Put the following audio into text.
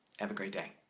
have a great day.